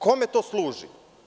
Kome to služi?